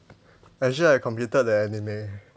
actually I completed the anime